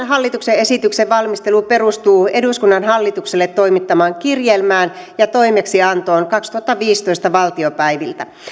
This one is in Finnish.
hallituksen esityksen valmistelu perustuu eduskunnan hallitukselle toimittamaan kirjelmään ja toimeksiantoon kaksituhattaviisitoista valtiopäiviltä